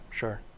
sure